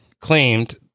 claimed